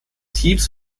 teams